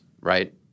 right